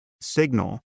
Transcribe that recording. signal